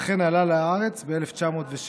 וכן "עלה לארץ ב-1906".